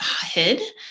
hid